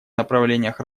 направлениях